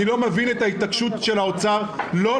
אני לא מבין את ההתעקשות של האוצר לא